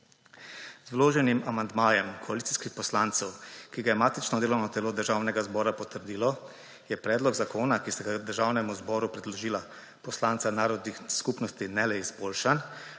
Z vloženim amandmajem koalicijskih poslancev, ki ga je matično delovno telo Državnega zbora potrdilo, je predlog zakona, ki sta ga Državnemu zboru predložila poslanca narodnih skupnosti ne le izboljšan,